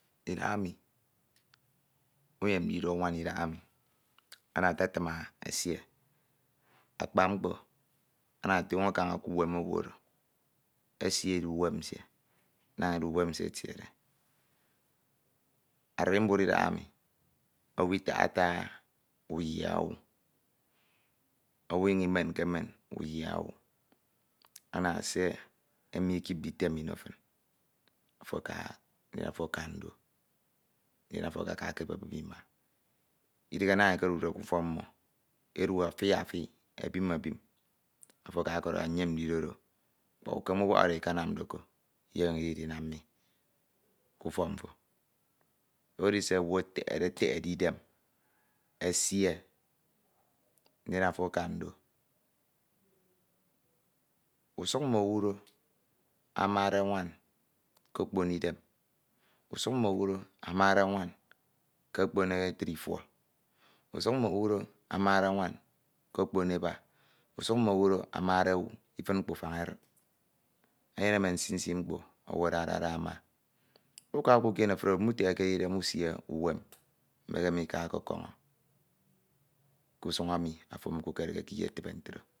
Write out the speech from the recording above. Idahaemi unyem ndido nwan idahaemi ana alatim esie, akpa mkpo ana otoño kaña k'uwen owu oro esie edu nsie, naña edu uwem nsie etiede. Arimbud idahaemi owu itahata uyi owu, owu inyañ imenkemen uyi owu, ana ese emi ikipde itdm ino fin ndin ofo aka ndo ndin ofo akaka ekebebup ima, idighe naña ekedude k'ufok mmo ke edu afi afi ebin ebin afo aka ọkọdọhọ nyem ndidodo fin, kpak ukem ubọk oro ekenam de ko inyonyuñ idi idiñam mi k'ufọk mfo do edi se owu etehede idem esie ndin afo aka ndo usuk mm'owu do amade nwan k'okpon idem usuk mm'owudo amade nwan k'okpon itid ifuọ usuk mm'okpon eba usuk mm'owu do amade owu ifin mkpufañ edid enyene mone nsi nsi mkpo owu adade ada ama uka uka kiene efun oro mutehekede usie uwem mekeme ika ọkọkọñọ k'usuñ emi ofo mukekereke ke iyetibe ntro